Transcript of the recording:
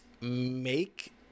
make